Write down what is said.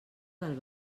del